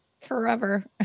forever